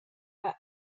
our